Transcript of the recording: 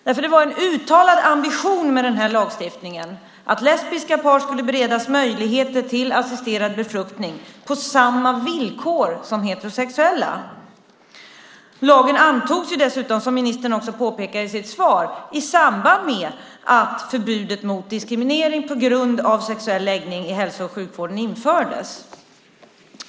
Det var nämligen en uttalad ambition med den här lagstiftningen att lesbiska par skulle beredas möjligheter till assisterad befruktning på samma villkor som heterosexuella. Lagen antogs dessutom, som ministern också påpekar i sitt svar, i samband med att förbudet mot diskriminering på grund av sexuell läggning i hälso och sjukvården infördes.